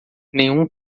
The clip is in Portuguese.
nenhum